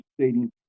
Stadium